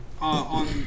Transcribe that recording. on